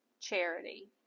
charity